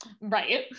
Right